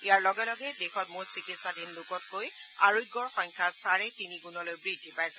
ইয়াৰ লগে লগে দেশত মূঠ চিকিৎসাধীন লোকতকৈ আৰোগ্যৰ সংখ্যা চাৰে তিনি গুণলৈ বৃদ্ধি পাইছে